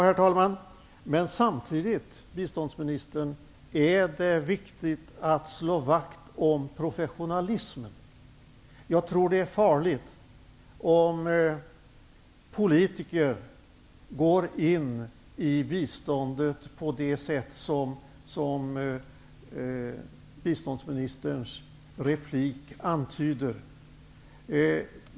Herr talman! Samtidigt, biståndsministern, är det viktigt att slå vakt om professionalismen. Jag tror att det är farligt om politiker går in i biståndet på det sätt som antyds i biståndsministerns replik.